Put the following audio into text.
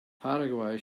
paraguay